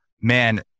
Man